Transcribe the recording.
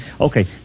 Okay